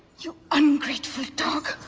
you ungrateful dog.